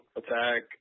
attack